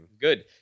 Good